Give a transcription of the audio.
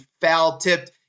foul-tipped